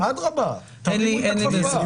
אדרבה, תרימו את הכפפה.